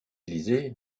utiliser